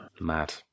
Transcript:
mad